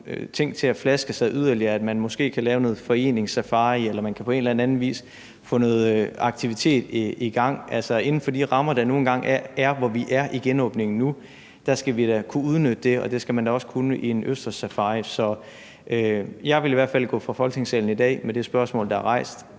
ting til at flaske sig yderligere, ved at man måske kan lave noget foreningssafari, eller ved at man på en eller anden vis kan få noget aktivitet i gang, altså inden for de rammer, som der nu engang er her, hvor vi er nu i forhold til genåbningen, så skal vi da kunne udnytte det, og det skal man da også kunne ved en østerssafari. Så jeg vil i hvert fald gå fra Folketingssalen i dag med det spørgsmål, der er blevet